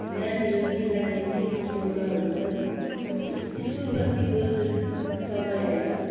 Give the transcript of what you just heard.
नानीहरू बिहानदेखि स्कुलमा हुन्छन् स्कुलपछिको जुन समय हुन्छ